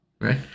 Right